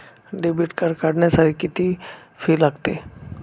Debit card काढण्यासाठी किती fee लागते?